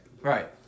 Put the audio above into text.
right